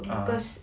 ah